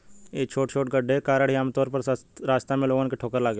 इ छोटे छोटे गड्ढे के कारण ही आमतौर पर इ रास्ता में लोगन के ठोकर लागेला